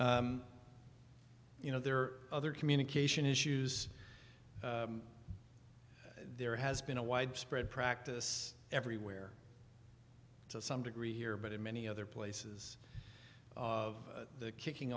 meeting you know there are other communication issues there has been a widespread practice everywhere to some degree here but in many other places of the kicking